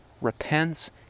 repents